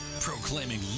Proclaiming